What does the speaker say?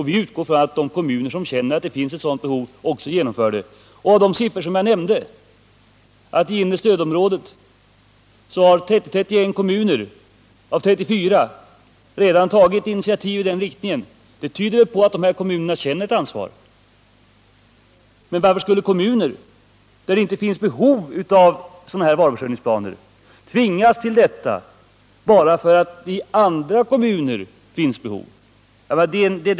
Vi utgår ifrån att de kommuner som känner att det finns ett behov av varuförsörjningsplaner också genomför sådana. Av de siffror som jag tidigare nämnde framgår att i inre stödområdet har 30-31 kommuner av 34 redan tagit initiativ i den riktningen. Det tyder väl på att dessa kommuner känner ett ansvar. Men varför skulle kommuner, där det inte finns behov av varuförsörjningsplaner, tvingas att utarbeta sådana bara för att det i andra kommuner finns ett behov?